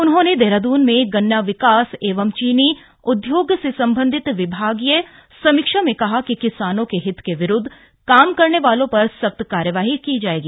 उन्होंने देहराद्रन में गन्ना विकास एवं चीनी उदयोग से सम्बन्धित विभागीय समीक्षा में कहा कि किसानों के हितों के विरूद्व काम करने वालों पर सख्त कार्रवाई की जायेगी